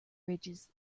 ridges